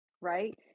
right